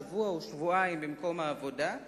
שבוע או שבועיים במקום העבודה.